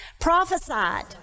Prophesied